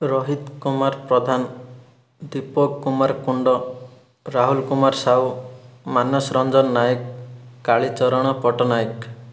Rohit Kumar Pradhan Deepak Kumar Kund Rahul Kumar Sahu Manasranjan Nayak Kalicharan Patnaik